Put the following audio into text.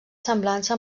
semblança